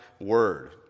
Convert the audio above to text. word